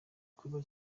kuba